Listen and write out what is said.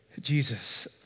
Jesus